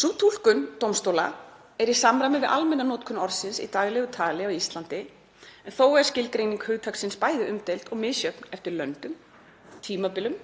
Sú túlkun dómstóla er í samræmi við almenna notkun orðsins í daglegu tali á Íslandi, en þó er skilgreining hugtaksins bæði umdeild og misjöfn eftir löndum, tímabilum,